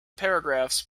paragraphs